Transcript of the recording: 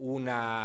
una